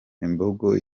imbogo